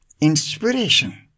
inspiration